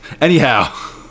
anyhow